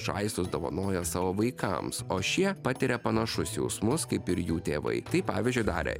žaislus dovanoja savo vaikams o šie patiria panašus jausmus kaip ir jų tėvai taip pavyzdžiui darė